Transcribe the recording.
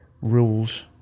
rules